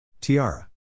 Tiara